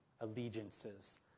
allegiances